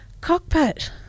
cockpit